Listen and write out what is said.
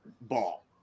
ball